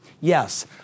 yes